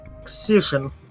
excision